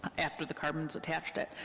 after the carbon's attached it.